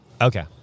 Okay